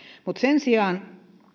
mutta sen sijaan